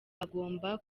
agomba